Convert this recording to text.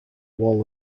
wall